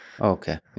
Okay